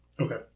Okay